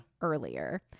earlier